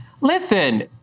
listen